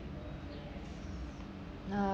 uh